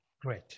great